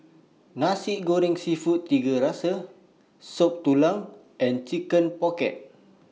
Nasi Goreng Seafood Tiga Rasa Soup Tulang and Chicken Pocket